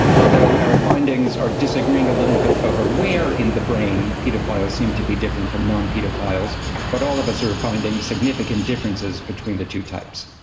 although our findings are disagreeing a little bit over where in the brain paedophiles seems to be different from non-paedophiles but all of us are finding significant differences between the two types.